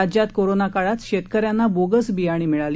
राज्यात कोरोना काळात शेतकऱ्यांना बोगस बियाणं मिळाली